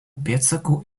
pėdsakų